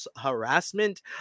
harassment